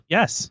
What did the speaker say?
Yes